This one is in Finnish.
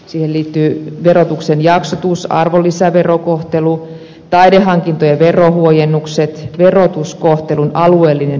siihen liittyvät verotuksen jaksotus arvonlisäverokohtelu taidehankintojen verohuojennukset verotuskohtelun alueellinen yhdenmukaisuus